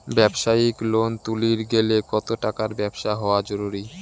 ব্যবসায়িক লোন তুলির গেলে কতো টাকার ব্যবসা হওয়া জরুরি?